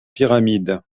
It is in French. pyramides